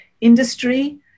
industry